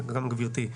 וגם גברתי,